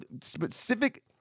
specific